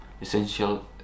essential